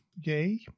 yay